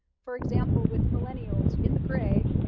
for example, with millennials in the gray,